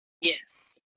Yes